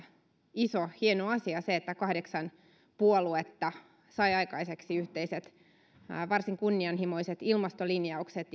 iso hieno asia se että kahdeksan puoluetta sai aikaiseksi yhteiset varsin kunnianhimoiset ilmastolinjaukset